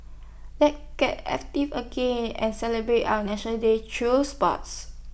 let's get active again and celebrate our National Day through sports